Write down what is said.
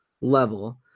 level